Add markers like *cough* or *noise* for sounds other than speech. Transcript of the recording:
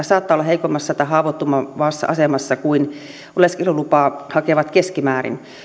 *unintelligible* saattaa olla heikommassa tai haavoittuvammassa asemassa kuin oleskelulupaa hakevat keskimäärin